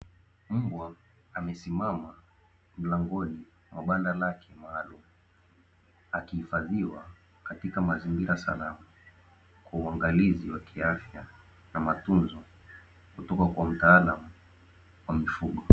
Mbwa amesimama mlangoni mwa banda lake maalumu, akihifadhiwa katika mazingira salama kwa uangalizi wa kiafya na matunzo kutoka kwa mtaalamu wa mifugo.